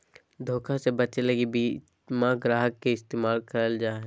धोखा से बचे लगी बीमा ग्राहक के इस्तेमाल करल जा हय